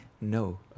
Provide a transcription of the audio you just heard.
No